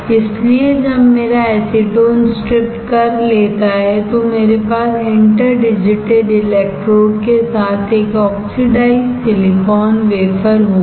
इसलिए जब मेरा एसीटोन स्ट्रिपड कर लेता है तो मेरे पास इंटर डिजिटेड इलेक्ट्रोड के साथ एक ऑक्सीडाइज्ड सिलिकॉन वेफर होगा